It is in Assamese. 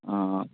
অঁ